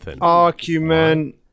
argument